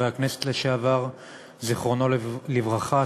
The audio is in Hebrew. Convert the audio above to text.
זיכרונו לברכה,